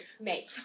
mate